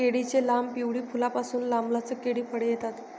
केळीच्या लांब, पिवळी फुलांमुळे, लांबलचक केळी फळे येतात